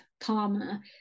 karma